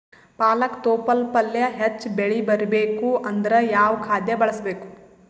ಪಾಲಕ ತೊಪಲ ಪಲ್ಯ ಹೆಚ್ಚ ಬೆಳಿ ಬರಬೇಕು ಅಂದರ ಯಾವ ಖಾದ್ಯ ಬಳಸಬೇಕು?